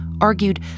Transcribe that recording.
argued